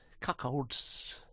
Cuckolds